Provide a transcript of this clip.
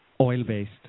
oil-based